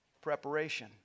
preparation